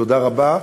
תודה רבה,